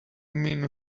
mean